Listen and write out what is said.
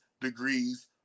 Degrees